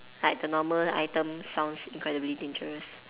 like the normal item sounds incredibly dangerous